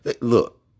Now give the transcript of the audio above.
Look